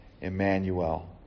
Emmanuel